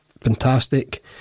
Fantastic